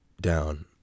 down